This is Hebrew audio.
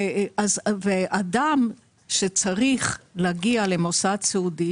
אדם שצריך להגיע למוסד סיעודי,